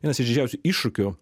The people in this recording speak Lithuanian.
vienas iš didžiausių iššūkių